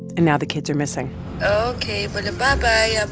and now the kids are missing ok. but but i ah